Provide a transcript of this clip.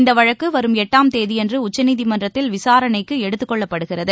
இந்தவழக்குவரும் எட்டாம் தேதியன்றுஉச்சநீதிமன்றத்தில் விசாரணைக்குஎடுத்துக் கொள்ளப்படுகிறது